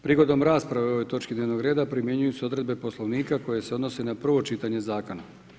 Prigodom rasprave o ovoj točki dnevnog reda primjenjuju se odredbe Poslovnika koje se odnose na prvo čitanje zakona.